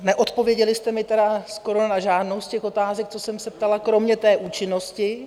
Neodpověděli jste mi tedy skoro na žádnou z otázek, co jsem se ptala, kromě té účinnosti.